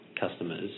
customers